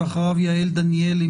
ואחריו יעל דניאלי,